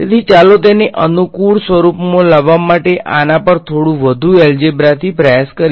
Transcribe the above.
તેથી ચાલો તેને અનુકૂળ સ્વરૂપમાં લાવવા માટે આના પર થોડું વધુ એલ્જેબ્રા થી પ્રયાસ કરીએ